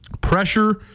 Pressure